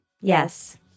Yes